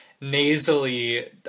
nasally